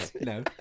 No